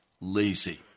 lazy